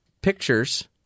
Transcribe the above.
pictures